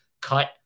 cut